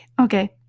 Okay